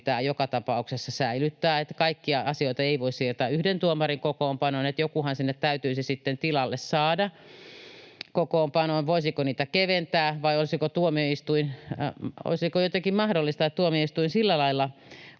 pitää joka tapauksessa säilyttää. Kaikkia asioita ei voi siirtää yhden tuomarin kokoonpanoon, ja jokuhan sinne täytyisi sitten tilalle saada kokoonpanoon. Voisiko niitä keventää, vai olisiko jotenkin mahdollista, että tuomioistuin sillä lailla